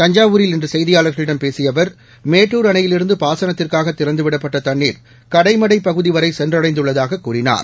தஞ்சாவூரில் இன்று செய்தியாளர்களிடம் பேசிய அவர் மேட்டூர் அணையிலிருந்து பாசனத்துக்காக திறந்துவிடப்பட்ட தண்ணீர் கடைமடைப்பகுதி வரை சென்றடைந்துள்ளதாகக் கூறினார்